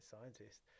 scientist